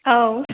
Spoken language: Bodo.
औ